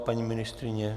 Paní ministryně?